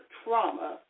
trauma